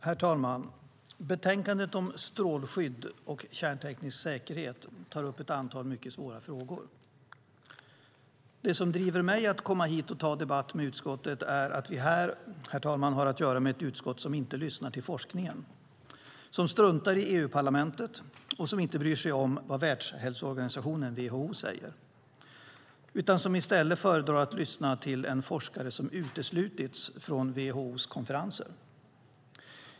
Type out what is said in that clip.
Herr talman! Betänkandet om strålningsskydd och kärnteknisk säkerhet tar upp ett antal mycket svåra frågor. Det som driver mig att komma hit och ta debatt med utskottet är att vi här har att göra med ett utskott som inte lyssnar till forskningen, som struntar i EU-parlamentet och som inte bryr sig om vad Världshälsoorganisationen WHO säger utan som i stället föredrar att lyssna till en forskare som uteslutits från WHO:s konferenser.